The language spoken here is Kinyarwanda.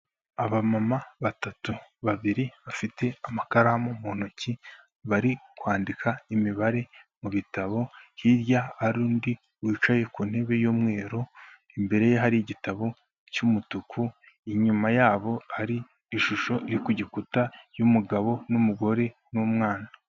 Abamama batatu babiri bafite amakaramu mu ntoki barikwandika imibare mu bitabo. Hirya hari undi wicaye ku ntebe y'umweru. Imbere ye hari igitabo cy'umutuku. Inyuma yabo hari ishusho iri ku gikuta y'umugabo n'umugore n'umwana.